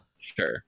sure